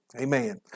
Amen